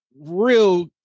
real